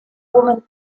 woman